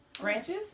Branches